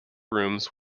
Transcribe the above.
rooms